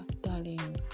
Darling